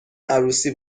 عروسی